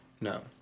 No